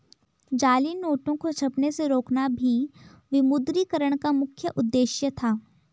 जाली नोटों को छपने से रोकना भी विमुद्रीकरण का मुख्य उद्देश्य था